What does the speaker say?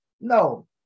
no